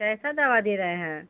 कैसा दवा दे रहे हैं